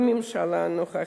בממשלה הנוכחית.